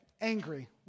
angry